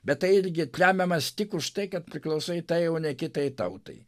bet tai irgi tremiamas tik už tai kad priklausai tai o ne kitai tautai